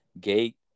gate